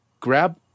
grab